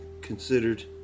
considered